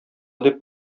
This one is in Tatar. дип